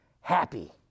happy